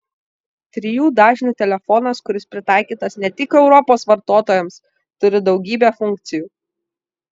trijų dažnių telefonas kuris pritaikytas ne tik europos vartotojams turi daugybę funkcijų